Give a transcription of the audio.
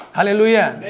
Hallelujah